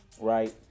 right